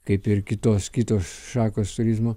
kaip ir kitos kitos šakos turizmo